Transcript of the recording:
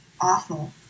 awful